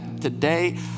today